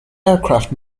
aircraft